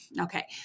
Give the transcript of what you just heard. okay